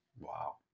wow